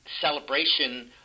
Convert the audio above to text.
celebration